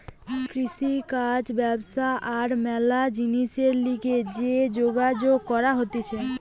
কৃষিকাজ ব্যবসা আর ম্যালা জিনিসের লিগে যে যোগাযোগ করা হতিছে